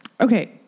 okay